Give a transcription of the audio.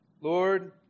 Lord